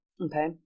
Okay